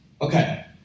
Okay